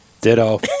Ditto